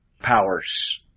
powers